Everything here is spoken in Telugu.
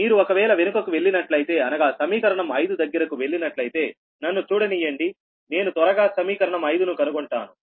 మీరు ఒకవేళ వెనుకకు వెళ్ళినట్లయితే అనగా సమీకరణం ఐదు దగ్గరకు వెళ్ళినట్లయితే నన్ను చూడనియ్యండి నేను త్వరగా సమీకరణం 5న కనుకొంటాను